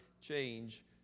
change